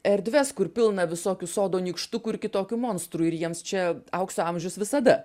erdves kur pilna visokių sodo nykštukų ir kitokių monstrų ir jiems čia aukso amžius visada